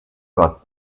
got